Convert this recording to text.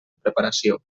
preparació